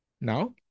Now